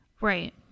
Right